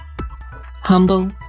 humble